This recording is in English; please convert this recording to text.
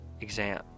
exam